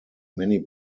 many